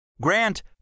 Grant